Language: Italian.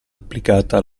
applicata